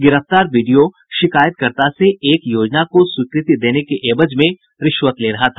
गिरफ्तार बीडीओ शिकायकर्ता से एक योजना को स्वीकृति देने के एवज में रिश्वत ले रहा था